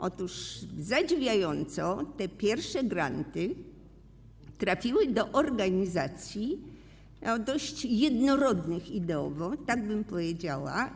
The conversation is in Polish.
Otóż zadziwiająco te pierwsze granty trafiły do organizacji dość jednorodnych ideowo, tak bym powiedziała.